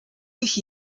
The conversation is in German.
sich